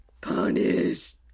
Punish